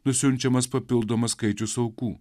nusiunčiamas papildomas skaičius aukų